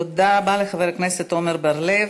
תודה רבה לחבר הכנסת עמר בר-לב.